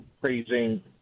praising